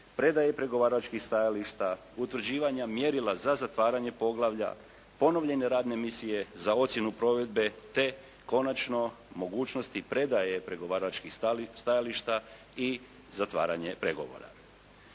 predaje pregovaračkih stajališta, utvrđivanja mjerila za zatvaranje poglavlja, ponovljene radne misije za ocjenu provedbe te konačno mogućnosti predaje pregovaračkih stajališta i zatvaranje pregovora.